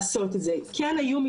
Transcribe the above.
רגע,